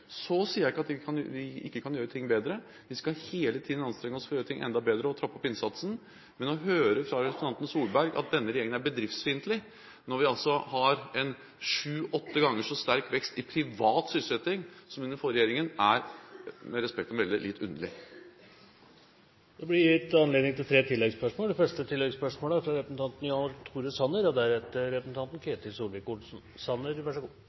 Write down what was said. Så sier jeg ikke at vi ikke kan gjøre ting bedre. Vi skal hele tiden anstrenge oss for å gjøre ting enda bedre og trappe opp innsatsen, men å høre fra representanten Solberg at denne regjeringen er bedriftsfiendtlig, når vi altså har sju–åtte ganger sterkere vekst i privat sysselsetting nå enn under den forrige regjeringen, er – med respekt å melde – litt underlig. Det blir gitt anledning til tre